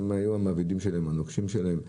הם היו המעבידים שלהם, הנוגשים שלהם.